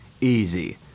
easy